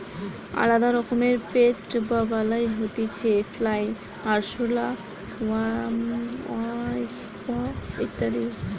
আলদা রকমের পেস্ট বা বালাই হতিছে ফ্লাই, আরশোলা, ওয়াস্প ইত্যাদি